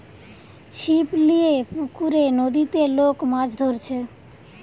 ছিপ লিয়ে পুকুরে, নদীতে লোক মাছ ধরছে